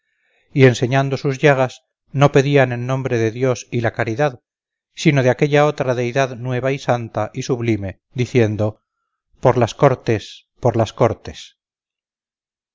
y enseñando sus llagas no pedían en nombre de dios y la caridad sino de aquella otra deidad nueva y santa y sublime diciendo por las cortes por las cortes